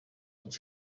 maj